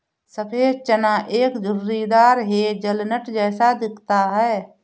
सफेद चना एक झुर्रीदार हेज़लनट जैसा दिखता है